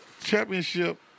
championship